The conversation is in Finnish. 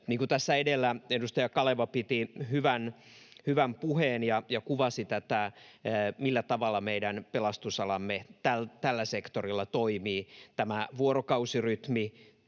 kaikkea. Tässä edellä edustaja Kaleva piti hyvän puheen ja kuvasi, millä tavalla meidän pelastusalamme tällä sektorilla toimii, tämä vuorokausirytmityö